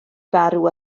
farw